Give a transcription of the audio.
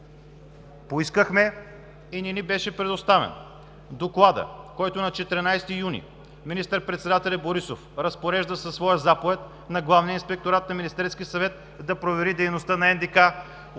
поискахме, и не ни беше предоставен докладът, с който на 14 юни министър-председателят Борисов разпорежда със своя заповед на Главния инспекторат на Министерския съвет, да провери дейността на НДК от